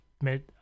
mid